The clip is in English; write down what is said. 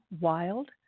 Wild